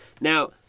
now